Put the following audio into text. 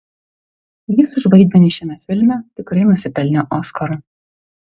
jis už vaidmenį šiame filme tikrai nusipelnė oskaro